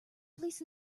police